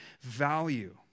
value